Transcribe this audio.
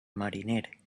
mariner